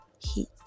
heat